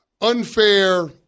unfair